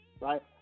right